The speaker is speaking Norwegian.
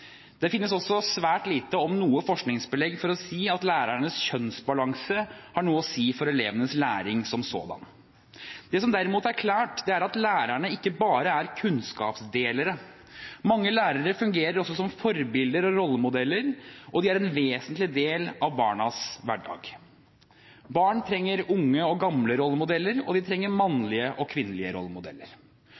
Det finnes også svært lite, om noe, forskningsbelegg for å si at lærernes kjønnsbalanse har noe å si for elevenes læring som sådan. Det som derimot er klart, er at lærerne ikke bare er kunnskapsdelere. Mange lærere fungerer også som forbilder og rollemodeller, og de er en vesentlig del av barnas hverdag. Barn trenger unge og gamle rollemodeller, og de trenger mannlige og kvinnelige rollemodeller.